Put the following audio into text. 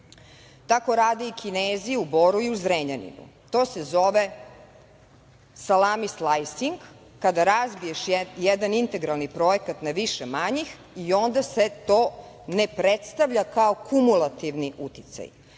Tako rade i Kinezi u Boru i u Zrenjaninu. To se zove „salami slajsing“, kada razbiješ jedan integralni projekat na više manjih, i onda se to ne predstavlja kao kumulativni uticaj,